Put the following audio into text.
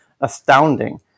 astounding